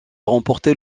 remporté